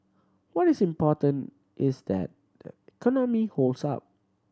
what is important is that the economy holds up